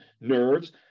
nerves